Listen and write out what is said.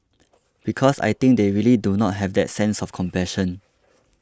because I think they really do not have that sense of compassion